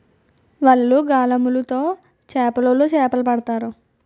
వలలు, గాలములు తో చేపలోలు చేపలు పడతారు